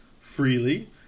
freely